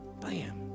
Bam